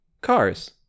cars